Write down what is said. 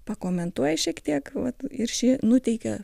pakomentuoja šiek tiek vat ir ši nuteikia